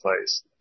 place